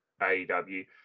AEW